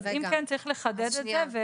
אז אם כן, צריך לחדד את זה.